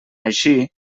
així